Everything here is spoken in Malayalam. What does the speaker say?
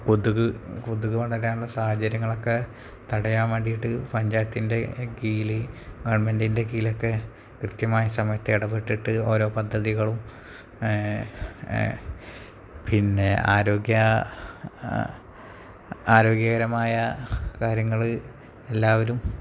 കൊതുക് കൊതുക് വളരാനുള്ള സാഹചര്യങ്ങളൊക്കെ തടയാൻ വേണ്ടിയിട്ട് പഞ്ചായത്തിൻ്റെ കീഴില് ഗവൺമെൻറ്റിൻ്റെ കീഴിലൊക്കെ കൃത്യമായ സമയത്തിടപെട്ടിട്ട് ഓരോ പദ്ധതികളും പിന്നെ ആരോഗ്യ ആരോഗ്യകരമായ കാര്യങ്ങള് എല്ലാവരും